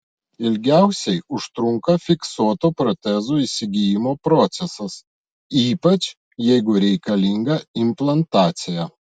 ilgiausiai užtrunka fiksuotų protezų įsigijimo procesas ypač jeigu reikalinga implantacija